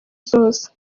zose